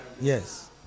yes